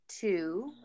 two